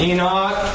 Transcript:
Enoch